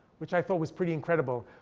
which i thought was pretty incredible.